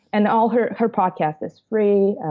and all her her podcasts is free.